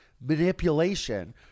manipulation